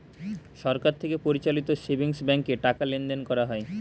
সরকার থেকে পরিচালিত সেভিংস ব্যাঙ্কে টাকা লেনদেন করা হয়